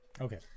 Okay